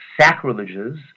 sacrileges